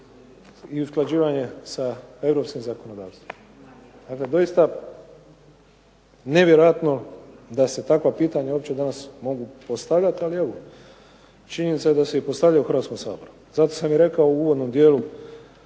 i usklađivanja sa europskim zakonodavstvom. Dakle, doista nevjerojatno da se takva pitanja uopće danas mogu postavljati, ali evo činjenica je da se i postavljaju u Hrvatskom saboru. Zato sam i rekao u uvodnom dijelu,